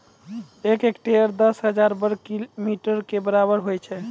एक हेक्टेयर, दस हजार वर्ग मीटरो के बराबर होय छै